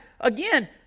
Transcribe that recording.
again